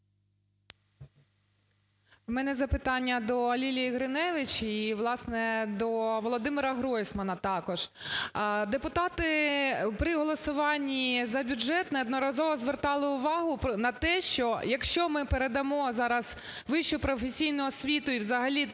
У мене запитання до Лілії Гриневич і, власне, до ВолодимираГройсмана також. Депутати при голосуванні за бюджет неодноразово звертали увагу на те, що якщо ми передамо зараз вищу професійну освіту і взагалі настільки